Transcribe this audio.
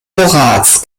horaz